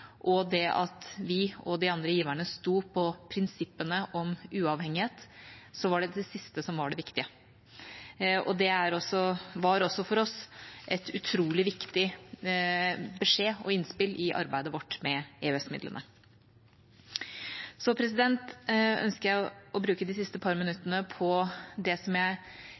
det at vi og de andre giverne sto på prinsippene om uavhengighet, var det det siste som var det viktige. Det var for oss en utrolig viktig beskjed og et viktig innspill i arbeidet vårt med EØS-midlene. Så ønsker jeg å bruke de siste par minuttene på det som